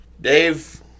Dave